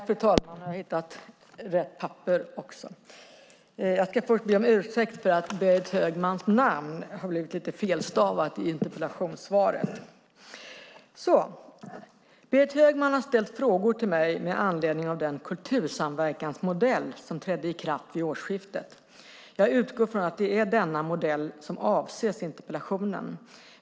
Fru talman! Jag ska först be om ursäkt för att Berit Högmans namn har blivit felstavat i det skriftliga interpellationssvaret. Berit Högman har ställt frågor till mig med anledning av den kultursamverkansmodell som trädde i kraft vid årsskiftet. Jag utgår från att det är denna modell som avses i interpellationen.